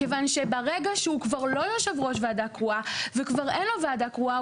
כיוון שברגע שהוא כבר לא יושב ראש ועדה קרואה וכבר אין לו ועדה קרואה,